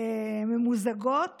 ממוזגות